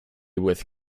with